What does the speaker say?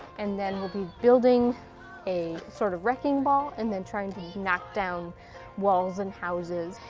and then we'll be building a sort of wrecking ball and then trying to knock down walls and houses,